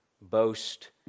boast